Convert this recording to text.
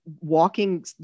walking